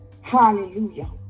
hallelujah